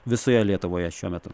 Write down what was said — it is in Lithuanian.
visoje lietuvoje šiuo metu